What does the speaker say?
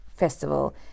festival